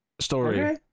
story